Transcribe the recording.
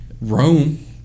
Rome